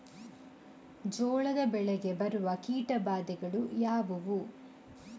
ಜೋಳದ ಬೆಳೆಗೆ ಬರುವ ಕೀಟಬಾಧೆಗಳು ಯಾವುವು?